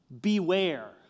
beware